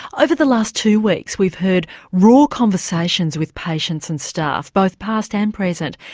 over the last two weeks we've heard raw conversations with patients and staff both past and present.